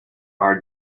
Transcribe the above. are